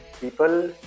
People